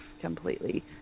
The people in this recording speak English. completely